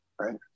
right